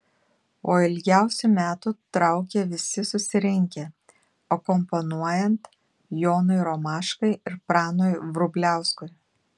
o ilgiausių metų traukė visi susirinkę akompanuojant jonui romaškai ir pranui vrubliauskui